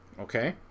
okay